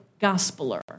gospeler